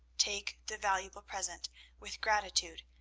take the valuable present with gratitude,